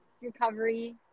recovery